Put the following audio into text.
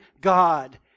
God